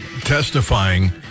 testifying